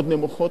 מאוד נמוכות,